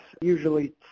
usually